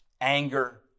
anger